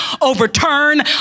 overturn